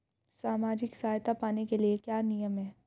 सामाजिक सहायता पाने के लिए क्या नियम हैं?